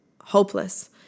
hopeless